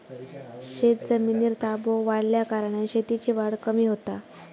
शेतजमिनीर ताबो वाढल्याकारणान शेतीची वाढ कमी होता